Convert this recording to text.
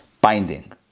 Binding